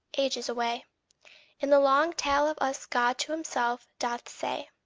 ages away in the long tale of us god to himself doth say.